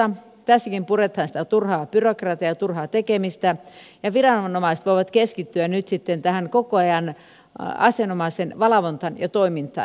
tässäkin puretaan sitä turhaa byrokratiaa ja turhaa tekemistä ja viranomaiset voivat keskittyä koko ajan asianomaisen valvontaan ja toimintaan